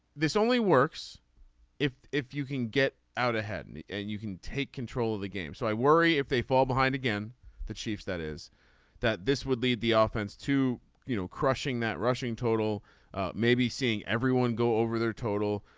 this only works if if you can get out ahead and and you can take control of the game so i worry if they fall behind again the chiefs that is that this would lead the offense to you know crushing that rushing total maybe seeing everyone go over their total